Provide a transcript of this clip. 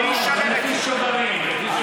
לפי שוברים.